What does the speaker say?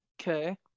Okay